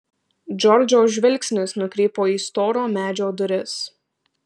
džordžo žvilgsnis nukrypo į storo medžio duris